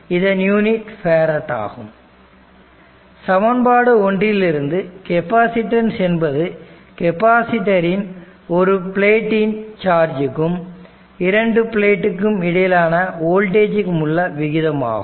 இதன் unit farad ஆகும் சமன்பாடு ஒன்றிலிருந்து கெப்பாசிட்டன்ஸ் என்பது கெப்பாசிட்டரின் ஒரு பிளேட்டின் சார்ஜ்க்கும் 2 பிளேட்டுக்கும் இடையிலான வோல்டேஜ் க்கும் உள்ள விகிதமாகும்